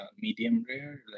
medium-rare